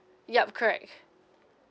yup correct